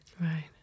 Right